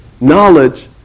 knowledge